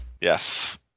Yes